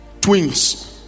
twins